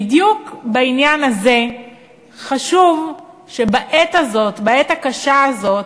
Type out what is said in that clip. בדיוק בעניין הזה חשוב שבעת הזאת, בעת הקשה הזאת,